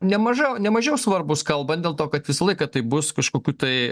nemaža nemažiau svarbus kalbant dėl to kad visą laiką tai bus kažkokių tai